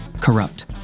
Corrupt